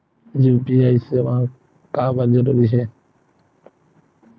UPI सेवाएं काबर जरूरी हे?